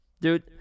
Dude